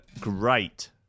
great